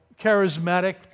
charismatic